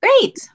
Great